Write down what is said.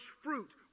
fruit